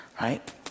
right